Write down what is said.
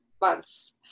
Months